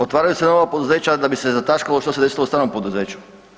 Otvaraju se nova poduzeća da bi se zataškalo što se desilo starom poduzeću.